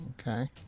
Okay